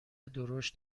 درشت